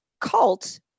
cult